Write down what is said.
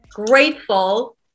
grateful